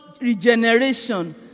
regeneration